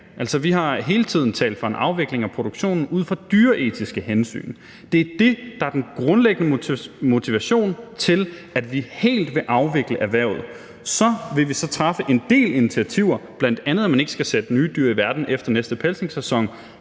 rigtigt. Vi har hele tiden talt for en afvikling af produktionen ud fra dyreetiske hensyn. Det er det, der er den grundlæggende motivation til, at vi helt vil afvikle erhvervet. Så vil vi træffe en del initiativer, bl.a. at man ikke skal sætte nye dyr i verden efter den næste pelsningssæson